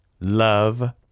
Love